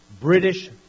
British